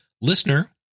listener